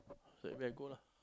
I say where go lah